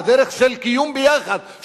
בדרך של קיום ביחד,